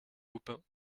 baupin